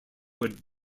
had